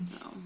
No